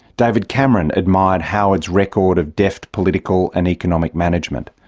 david cameron admired howard's record of deft political and economic management.